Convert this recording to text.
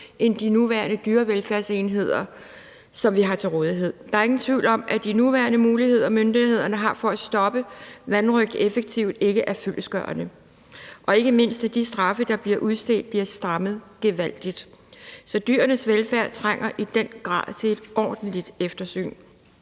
end de dyrevelfærdsenheder, som vi har til rådighed for nuværende. Der er ingen tvivl om, at de nuværende muligheder, myndighederne har for at stoppe vanrøgt effektivt, ikke er fyldestgørende, og ikke mindst, at de straffe, der bliver udstedt, skal strammes gevaldigt. Så dyrenes velfærd trænger i den grad til et ordentligt eftersyn.